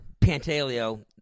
Pantaleo